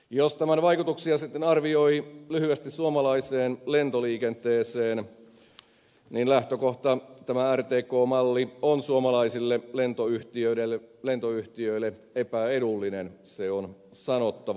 jos tämän vaikutuksia suomalaiseen lentoliikenteeseen sitten arvioi lyhyesti niin lähtökohta tämä rtk malli on suomalaisille lentoyhtiöille epäedullinen se on sanottava